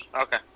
Okay